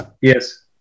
yes